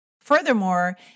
Furthermore